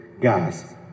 guys